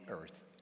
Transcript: earth